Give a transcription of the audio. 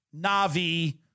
Navi